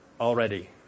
already